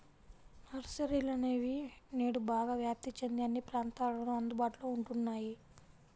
నర్సరీలనేవి నేడు బాగా వ్యాప్తి చెంది అన్ని ప్రాంతాలలోను అందుబాటులో ఉంటున్నాయి